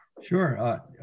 Sure